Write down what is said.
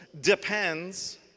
depends